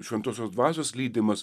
šventosios dvasios lydimas